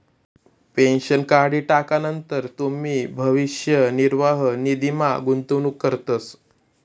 pension काढी टाकानंतर तुमी भविष्य निर्वाह निधीमा गुंतवणूक करतस